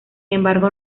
embargo